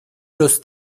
los